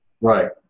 Right